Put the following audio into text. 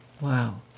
Wow